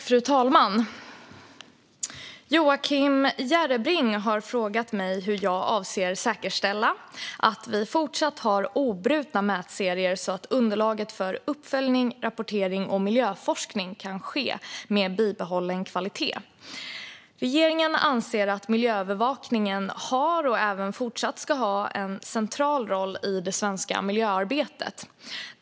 Fru talman! Joakim Järrebring har frågat mig hur jag avser att säkerställa att man fortsatt har obrutna mätserier så att underlaget för uppföljning, rapportering och miljöforskning kan ske med bibehållen kvalitet. Regeringen anser att miljöövervakningen har, och även fortsatt ska ha, en central roll i det svenska miljöarbetet.